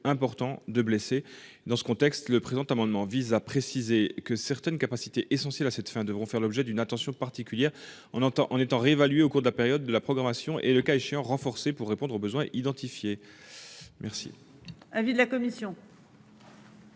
important de blessés dans ce contexte le présent amendement vise à préciser que certaines capacités essentielles à cette fin, devront faire l'objet d'une attention particulière. On entend on étant réévaluer au cours de la période de la programmation et le cas échéant renforcée pour répondre aux besoins identifiés. Merci.